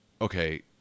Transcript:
Okay